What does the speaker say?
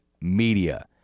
Media